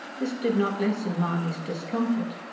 this did not lessen mahony's discomfort.